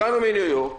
הגענו מניו יורק,